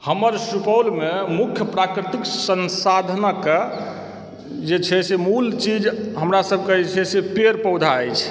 हमर सुपौलमे मुख्य प्राकृतिक संसाधनकऽ जे छै से मूल चीज हमरा सभके जे छै से पेड़ पौधा अछि